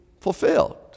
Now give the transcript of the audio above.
fulfilled